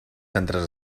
centres